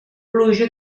pluja